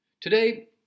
Today